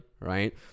right